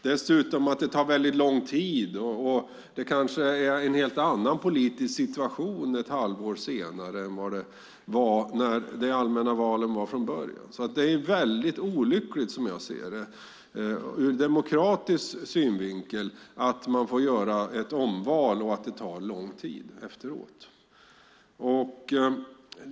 Dessutom tar det väldigt lång tid, och det kanske är en helt annan politisk situation ett halvår senare än när de allmänna valen hölls från början. Det är väldigt olyckligt, som jag ser det, ur demokratisk synvinkel att man får göra ett omval och att det tar lång tid innan det sker.